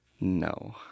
No